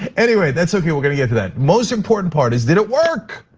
anyway, that's okay, we're gonna get to that. most important part is, did it work?